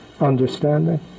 understanding